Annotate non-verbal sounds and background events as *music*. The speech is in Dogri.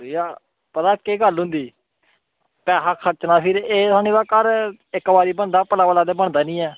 भैया पता केह् गल्ल होंदी पैसा खर्चना फिर एह् *unintelligible* घर इक वारी बन दा पलै पलै ते बनदा नेईं ऐ